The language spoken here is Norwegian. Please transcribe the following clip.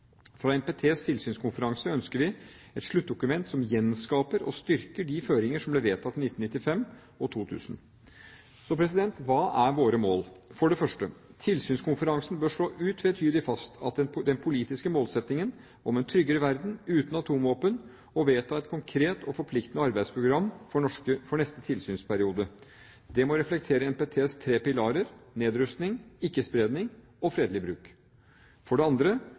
Fra NPTs tilsynskonferanse ønsker vi et sluttdokument som gjenskaper og styrker de føringer som ble vedtatt i 1995 og i 2000. Hva er våre mål? For det første: Tilsynskonferansen bør slå utvetydig fast den politiske målsettingen om en tryggere verden uten atomvåpen og vedta et konkret og forpliktende arbeidsprogram for neste tilsynsperiode. Det må reflektere NPTs tre pilarer: nedrustning, ikke-spredning og fredelig bruk. For det andre: